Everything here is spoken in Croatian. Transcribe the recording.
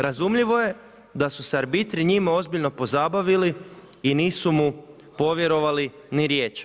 Razumljivo je da su se arbitri njime ozbiljno pozabavili i nisu mu povjerovali ni riječ.